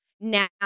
now